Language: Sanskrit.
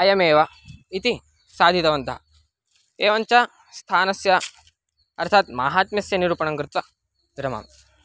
अयमेव इति साधितवन्तः एवञ्च स्थानस्य अर्थात् महात्म्यस्य निरूपणं कृत्वा विरमामि